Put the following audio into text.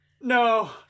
No